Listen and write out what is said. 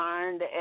learned